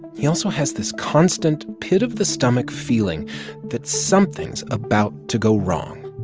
he also has this constant pit-of-the-stomach feeling that something's about to go wrong